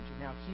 Now